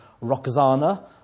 Roxana